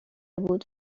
بود